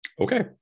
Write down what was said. okay